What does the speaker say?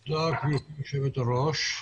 תודה, גברתי יושבת-הראש.